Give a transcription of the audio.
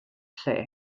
lle